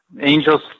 Angels